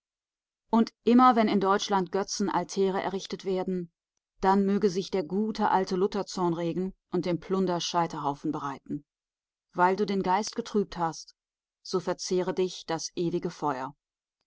und immer wenn in deutschland götzen altäre errichtet werden dann möge sich der gute alte luther-zorn regen und dem plunder scheiterhaufen bereiten weil du den geist getrübt hast so verzehre dich das ewige feuer